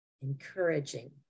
encouraging